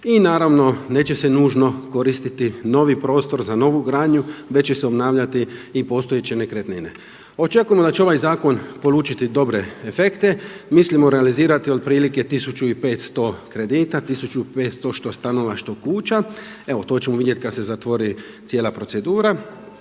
i naravno neće se nužno koristiti novi prostor za novu gradnju već će se obnavljati i postojeće nekretnine. Očekujemo da će ovaj zakon polučiti dobre efekte. Mislimo realizirati otprilike 1500 kredita, 1500 što stanova, što kuća. Evo to ćemo vidjeti kada se zatvori cijela procedura.